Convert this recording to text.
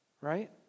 right